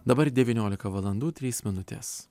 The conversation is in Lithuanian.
dabar devyniolika valandų trys minutės